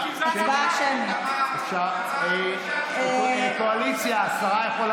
הפעם האחרונה שהייתה בקואליציה לפני הקדנציה הזאת,